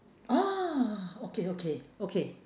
oh okay okay okay